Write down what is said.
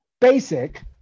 basic